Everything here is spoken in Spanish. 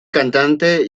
cantante